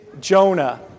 Jonah